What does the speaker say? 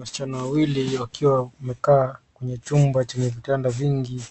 Wasichana wawili wakiwa wamekaa kwenye chumba cha vitanda vingi